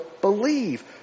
believe